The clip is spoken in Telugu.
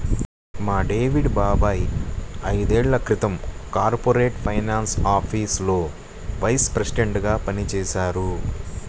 మా డేవిడ్ బాబాయ్ ఐదేళ్ళ క్రితం కార్పొరేట్ ఫైనాన్స్ ఆఫీసులో వైస్ ప్రెసిడెంట్గా పనిజేశారు